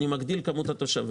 אני מגדיל את כמות התושבים,